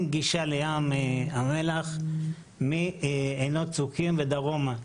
גישה לים המלח מעינות צוקים ודרומה.